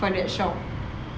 for that shop